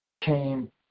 came